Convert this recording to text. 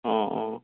অঁ অঁ